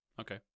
okay